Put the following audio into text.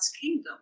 kingdom